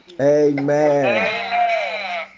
Amen